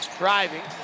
driving